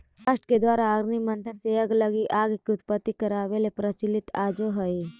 काष्ठ के द्वारा अरणि मन्थन से यज्ञ लगी आग के उत्पत्ति करवावे के प्रचलन आजो हई